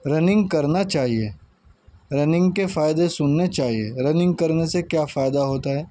running کرنا چاہیے running کے فائدے سننے چاہیے رننگ کرنے سے کیا فائدہ ہوتا ہے